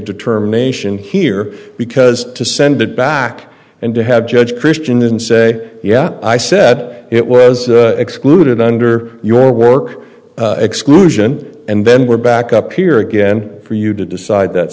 determination here because to send it back and to have judge christian and say yeah i said it was excluded under your work exclusion and then we're back up here again for you to decide that